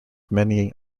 many